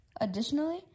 Additionally